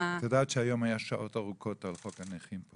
--- את יודעת שהיום היה שעות ארוכות על חוק הנכים?